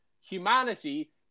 humanity